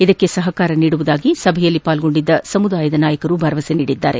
ಇದಕ್ಕೆ ಸಹಕಾರ ನೀಡುವುದಾಗಿ ಸಭೆಯಲ್ಲಿ ಪಾಲ್ಗೊಂಡಿದ್ದ ಸಮುದಾಯದ ನಾಯಕರು ಭರವಸೆ ನೀಡಿದ್ದಾರೆ